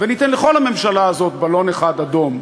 וניתן לכל הממשלה הזו בלון אחד אדום.